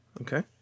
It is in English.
Okay